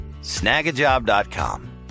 Snagajob.com